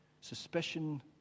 Suspicion